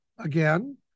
again